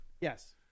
Yes